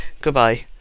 Goodbye